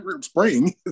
spring